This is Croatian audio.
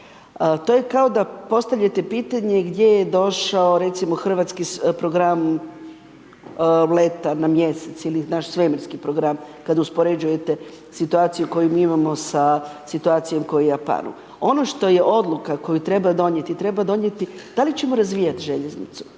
To je kao da postavljate pitanje gdje je došao hrvatski program leta na mjesec ili naš svemirski program, kad uspoređujete situaciju koju mi imamo sa situacijom kao u Japanu. Ono što je odluka koju treba donijeti, treba donijeti da li ćemo razvijati željeznicu,